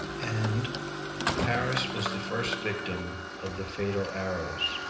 and paris was the first victim of the fatal arrows.